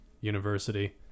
university